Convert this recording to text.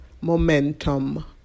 momentum